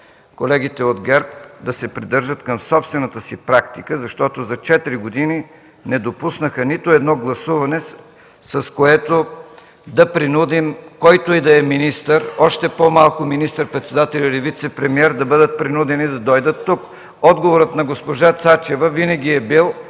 колегите от ГЕРБ да се придържат към собствената си практика, защото за 4 години не допуснаха нито едно гласуване, с което да принудим, който и да е министър, още по-малко министър-председателя или вицепремиера да бъдат принудени да дойдат тук. Отговорът на госпожа Цачева винаги е бил: